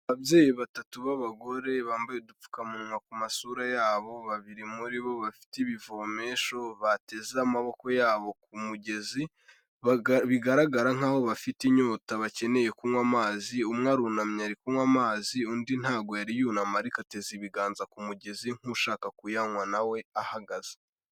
Ababyeyi batatu b'abagore bambaye udupfukamunwa ku masura yabo, babiri muri bo bafite ibivomesho, bateze amaboko yabo ku mugezi, bigaragara nk'aho bafite inyota bakeneye kunywa amazi, umwe arunamye ari kunywa amazi, undi ntago yari yunama ariko ateza ibiganza ku mugezi nk'ushaka kuyanywa na we ahagaze.